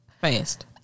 fast